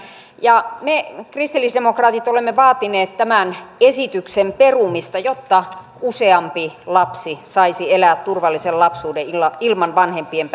me kristillisdemokraatit olemme vaatineet tämän esityksen perumista jotta useampi lapsi saisi elää turvallisen lapsuuden ilman ilman vanhempien